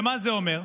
ומה זה אומר?